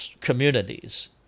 communities